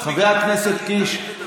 חבר הכנסת קיש,